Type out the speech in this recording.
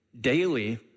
daily